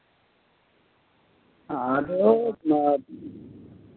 ᱟᱫᱚ